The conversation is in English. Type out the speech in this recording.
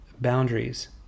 boundaries